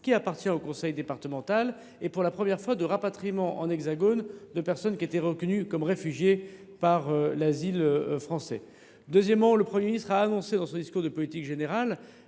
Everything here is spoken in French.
appartenant au conseil départemental et, pour la première fois, de rapatriement dans l’Hexagone de personnes reconnues comme réfugiées par le droit d’asile français. Par ailleurs, le Premier ministre a annoncé dans son discours de politique générale